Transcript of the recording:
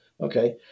Okay